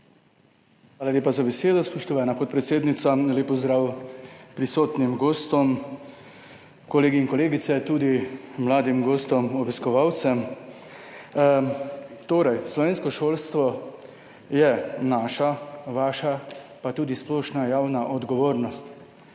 Hvala lepa za besedo, spoštovana podpredsednica. Lep pozdrav prisotnim gostom, kolegom in kolegicam, tudi mladim gostom obiskovalcem! Slovensko šolstvo je naša, vaša pa tudi splošna javna odgovornost.